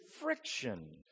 friction